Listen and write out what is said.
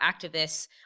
activists